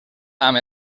amb